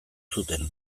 zuten